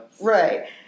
Right